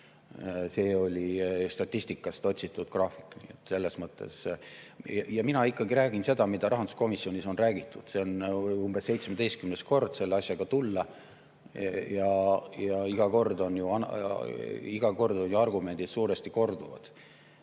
See oli statistikast otsitud graafik. Ja mina ikkagi räägin seda, mida rahanduskomisjonis on räägitud. See on umbes 17. kord selle asjaga tulla ja iga kord on ju argumendid suuresti korduvad.